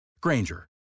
Granger